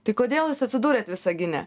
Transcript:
tai kodėl jūs atsidūrėt visagine